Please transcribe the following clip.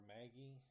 Maggie